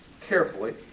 carefully